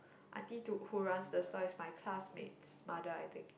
auntie who runs the stall is my classmate's mother I think